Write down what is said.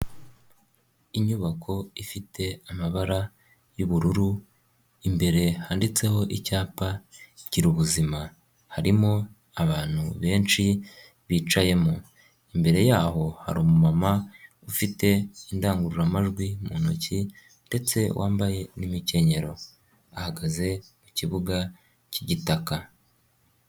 Inyubako ifite amabara y'ubururu, imbere handitseho icyapa Girubuzima, harimo abantu benshi bicayemo, imbere yaho hari umuma ufite indangururamajwi mu ntoki, ndetse wambaye n'imikenyero ahagaze mu kibuga cy'igitaka.